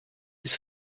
his